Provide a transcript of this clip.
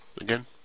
again